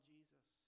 Jesus